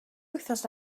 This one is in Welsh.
wythnos